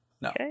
no